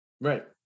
Right